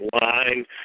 line